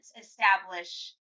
establish